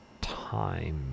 time